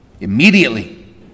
Immediately